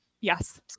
Yes